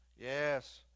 yes